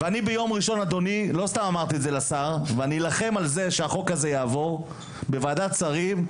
לא סתם אמרתי לשר ואני אלחם על זה שהחוק הזה יעבור בוועדת שרים,